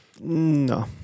no